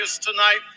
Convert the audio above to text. tonight